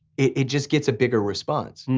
it just gets a bigger response.